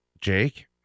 Jake